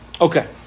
Okay